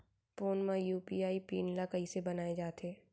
Phone म UPI PIN ल कइसे बनाये जाथे?